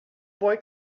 boy